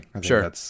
Sure